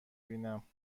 بینم